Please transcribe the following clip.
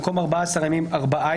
במקום ארבעה עשר ימים,